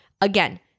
Again